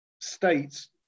states